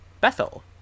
Bethel